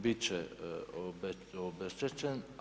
Bit će obeštećen.